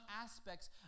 aspects